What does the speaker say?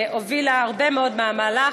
שהובילה הרבה מאוד מהמהלך,